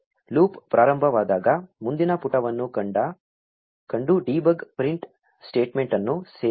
loop ಪ್ರಾರಂಭವಾದಾಗ ಮುಂದಿನ ಪುಟವನ್ನು ಕಂಡು ಡೀಬಗ್ ಪ್ರಿಂಟ್ ಸ್ಟೇಟ್ಮೆಂಟ್ ಅನ್ನು ಸೇರಿಸೋಣ